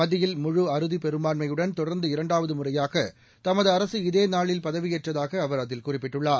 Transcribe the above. மத்தியில் முழு அறுதிப்பெரும்பான்மையுடன் தொடர்ந்து இரண்டாவது முறையாக தமது அரசு இதேநாளில் பதவியேற்றதாக அவர் அதில் குறிப்பிட்டுள்ளார்